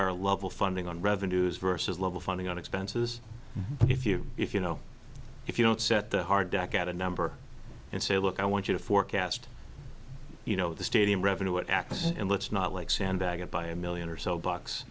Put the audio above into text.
our level funding on revenues versus level funding on expenses if you if you know if you don't set the hard back out a number and say look i want you to forecast you know the stadium revenue act and let's not like sandbag it by a million or